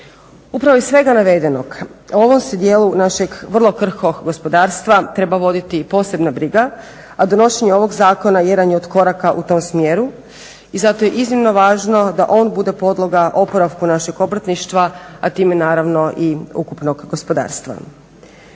Upravo iz svega navedenog o ovom se dijelu našeg vrlo krhkog gospodarstva treba voditi i posebna briga a donošenje ovoga zakona jedan je od koraka u tom smjeru. I zato je iznimno važno da on bude podloga oporavku našeg obrtništva a time naravno i ukupnog gospodarstva.